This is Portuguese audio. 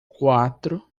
quatro